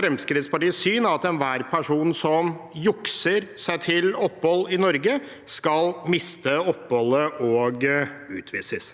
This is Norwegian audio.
Fremskrittspartiets syn er at enhver person som jukser seg til opphold i Norge, skal miste oppholdet og utvises.